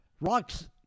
Rocks